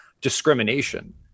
discrimination